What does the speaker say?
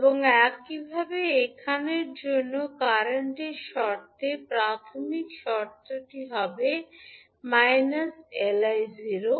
এবং একইভাবে এখানের জন্য কারেন্টর শর্তে প্রাথমিক শর্তটি হবে −𝐿𝑖 0−